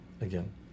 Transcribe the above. again